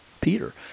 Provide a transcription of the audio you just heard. Peter